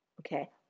okay